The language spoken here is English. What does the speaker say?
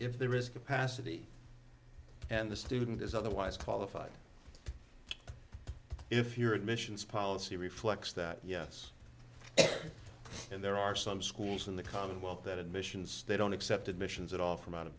if there is capacity and the student is otherwise qualified if you're admissions policy reflects that yes there are some schools in the commonwealth that admissions they don't accept admissions at all from out of